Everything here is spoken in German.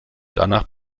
danach